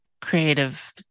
creative